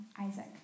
Isaac